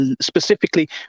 specifically